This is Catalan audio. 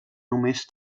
només